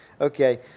Okay